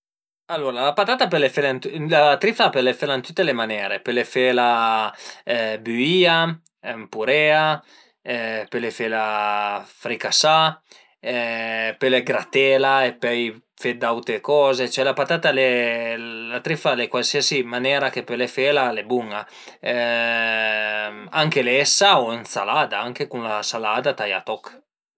Alura la patat pöle fela, la triffa pöle fela ën tüte le manere, pöle fela büìa, ën purea, pöle fela fricasà, pöle gratela e pöi fe d'aute coze, cioè la patata la triffa al e cualsiasi manera che pöle fela al e bun-a anche lessa u ën salada, cun la salada taià a toch